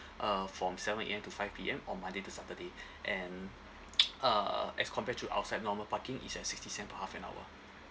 uh from seven A_M to five P_M on monday to saturday and uh as compared to outside normal parking it's at sixty cent per half an hour